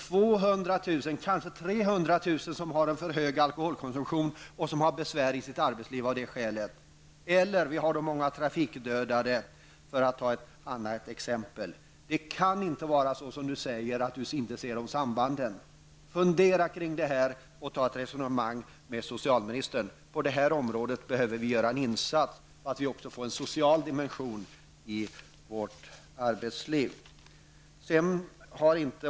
200 000, kanske 300 000, har för hög alkoholkonsumtion och har besvär i sitt arbetsliv av det skälet. De många trafikdödade är ett annat exempel. Det kan inte vara så att arbetsmarknadsministern inte ser sambandet. Fundera kring det här och ta ett resonemang med socialministern. På det här området behöver vi göra en insats, få in en social dimension i arbetslivet.